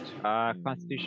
constitution